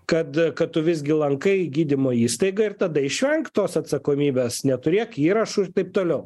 kad kad tu visgi lankai gydymo įstaigą ir tada išvenk tos atsakomybės neturėk įrašų ir taip toliau